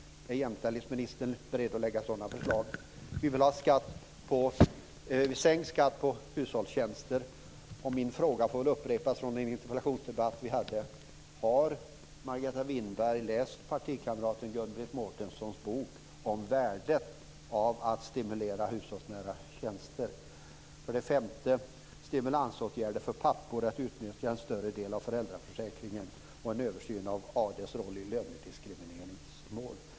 Är jämställdhetsministern beredd att lägga fram sådana förslag? För det fjärde: Vi vill ha sänkt skatt på hushållstjänster. Min fråga får väl upprepas från en interpellationsdebatt som vi haft: Har Margareta Winberg läst partikamraten Gun-Britt Mårtenssons bok om värdet av att stimulera hushållsnära tjänster? För det femte: Vi vill ha stimulansåtgärder för att pappor ska utnyttja en större del av föräldraförsäkringen och en översyn av AD:s roll i lönediskrimineringsmål.